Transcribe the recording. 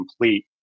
complete